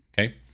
Okay